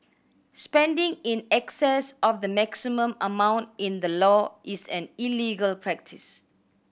spending in excess of the maximum amount in the law is an illegal practice